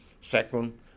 Second